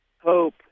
hope